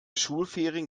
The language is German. schulferien